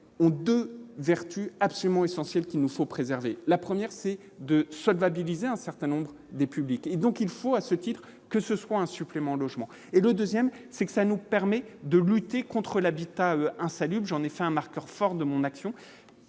ont 2 vertus absolument essentiel qu'il nous faut préserver la première c'est de solvabiliser un certain nombre des publics et donc il faut à ce titre que ce soit un supplément logement et le 2ème, c'est que ça nous permet de lutter contre l'habitat insalubre, j'en ai fait un marqueur fort de mon action,